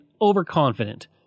overconfident